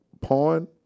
pawn